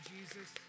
Jesus